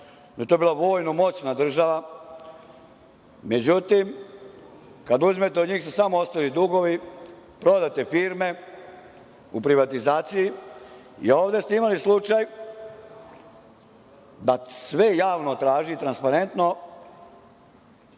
da je to bila vojno moćna država. Međutim, kad uzmete, od njih su samo ostali dugovi, prodate firme u privatizaciji i ovde ste imali slučaj da sve javno traži i transparentno